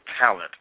talent